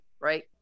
right